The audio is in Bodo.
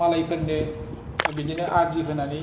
मालायफोरनो बिदिनो आदि होनानै